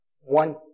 One